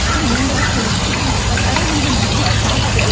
i'm named after a candy. like, i don't even know i'd have to.